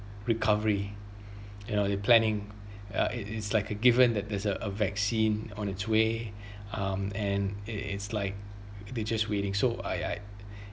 recovery you know it planning ya it is like uh given that there is a a vaccine on its way um and it is like they just waiting so I I